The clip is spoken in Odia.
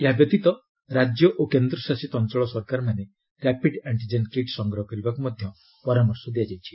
ଏହାବ୍ୟତୀତ ରାଜ୍ୟ ଓ କେନ୍ଦ୍ରଶାସିତ ଅଞ୍ଚଳ ସରକାରମାନେ ର୍ୟାପିଡ୍ ଆଷ୍ଟିଜେନ୍ କିଟ୍ ସଂଗ୍ରହ କରିବାକୁ ପରାମର୍ଶ ଦିଆଯାଇଛି